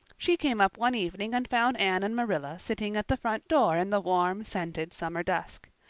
she came up one evening and found anne and marilla sitting at the front door in the warm, scented summer dusk.